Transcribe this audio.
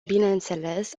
bineînțeles